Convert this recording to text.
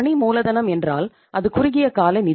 பணி மூலதனம் என்றால் அது குறுகிய கால நிதி